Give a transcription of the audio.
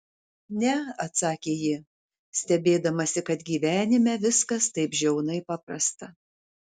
ne atsakė ji stebėdamasi kad gyvenime viskas taip žiaunai paprasta